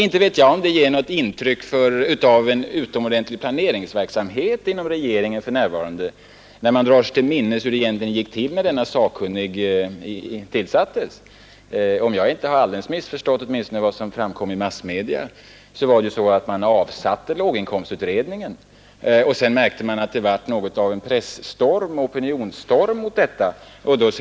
Inte vet jag om detta ger intryck av någon utomordentlig planeringsverksamhet inom regeringen för närvarande, när man drar sig till minnes hur det egentligen gick till då denne sakkunnige tillsattes. Om jag inte har alldeles missförstått vad som framkom i massmedia, så avsatte man låginkomstutredningen. Sedan märkte man att det blev något av en pressoch opinionsstorm mot detta.